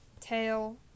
tail